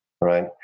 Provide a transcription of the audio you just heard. right